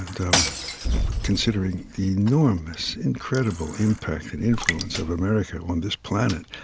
and um considering the enormous, incredible impact and influence of america on this planet,